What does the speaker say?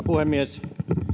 puhemies